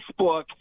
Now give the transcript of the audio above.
Facebook